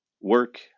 work